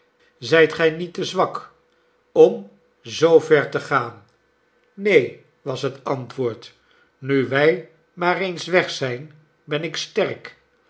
zijt gij niet te zwak om zoo ver te gaan neen was het antwoord nu wij maar eens weg zijn ben ik sterk